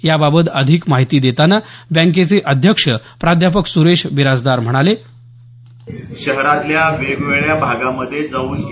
याबाबत अधिक माहिती देताना बँकेचे अध्यक्ष प्राध्यापक सुरेश बिराजदार म्हणाले शहरातल्या वेगवेगळ्या भागांमध्ये जाऊन ए